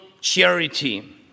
charity